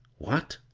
what?